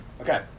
Okay